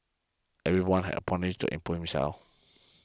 everyone have opportunities to improve himself